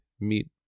meet